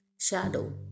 shadow